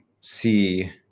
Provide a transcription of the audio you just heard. see